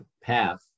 path